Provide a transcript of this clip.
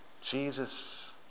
Jesus